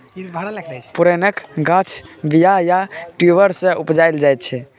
पुरैणक गाछ बीया या ट्युबर सँ उपजाएल जाइ छै